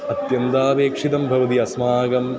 अत्यन्तापेक्षितं भवति अस्माकम्